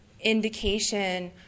indication